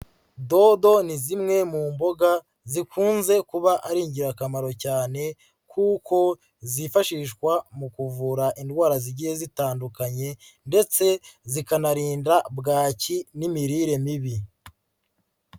Dodo ni zimwe mu mboga zikunze kuba ari ingirakamaro cyane kuko zifashishwa mu kuvura indwara zigiye zitandukanye ndetse zikanarinda bwaki n'imirire mibi.